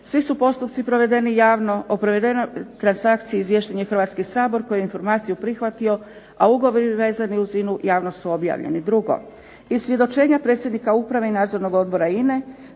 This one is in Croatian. Svi su postupci provedeni javno. O provedenoj transakciji izviješten je hrvatski sabor koji je informaciju prihvatio, a ugovori vezani uz Ina-u javno su objavljeni. 2. Iz svjedočenja predsjednika Uprave i Nadzornog odbora INA-e